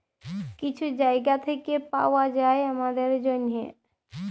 কিছু জায়গা থ্যাইকে পাউয়া যায় আমাদের জ্যনহে